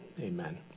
Amen